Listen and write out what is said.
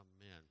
Amen